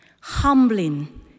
humbling